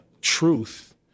truth